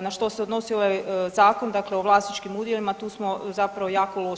na što se odnosi ovaj Zakon dakle o vlasničkim udjelima tu smo zapravo jako loši.